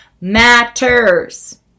matters